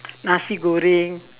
nasi-goreng